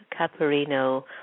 Caparino